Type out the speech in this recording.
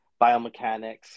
biomechanics